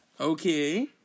Okay